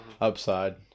upside